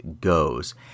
goes